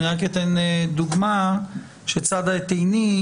אני רק אתן דוגמה שצדה את עיני.